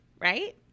right